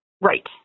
Right